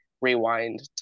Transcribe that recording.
rewind